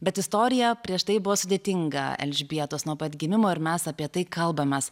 bet istorija prieš tai buvo sudėtinga elžbietos nuo pat gimimo ir mes apie tai kalbamės